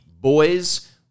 boys